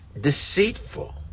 deceitful